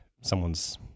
someone's